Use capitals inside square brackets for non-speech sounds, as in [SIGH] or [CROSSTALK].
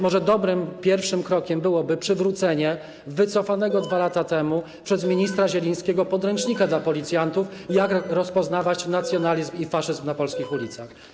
Może dobrym pierwszym krokiem byłoby przywrócenie wycofanego 2 lata temu [NOISE] przez ministra Zielińskiego podręcznika dla policjantów, dotyczącego tego, jak rozpoznawać nacjonalizm i faszyzm na polskich ulicach.